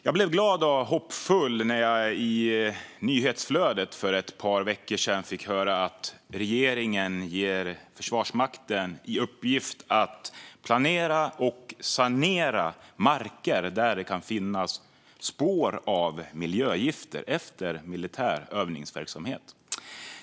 Jag blev glad och hoppfull när jag i nyhetsflödet för ett par veckor sedan fick höra att regeringen ger Försvarsmakten i uppgift att planera och utföra sanering av marker där det kan finnas spår av miljögifter efter militär övningsverksamhet.